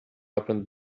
happened